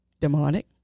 Demonic